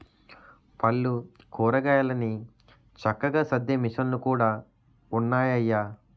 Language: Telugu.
పళ్ళు, కూరగాయలన్ని చక్కగా సద్దే మిసన్లు కూడా ఉన్నాయయ్య